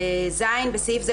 (ז) בסעיף זה,